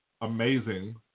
amazing